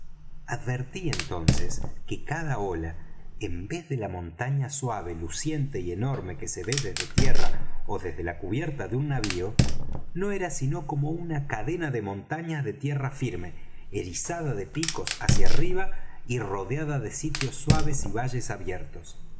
advertí entonces que cada ola en vez de la montaña suave luciente y enorme que se ve desde tierra ó desde la cubierta de un navío no era sino como una cadena de montañas de tierra firme erizada de picos hacia arriba y rodeada de sitios suaves y valles abiertos